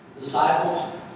disciples